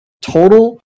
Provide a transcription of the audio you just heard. total